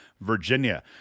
Virginia